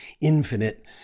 Infinite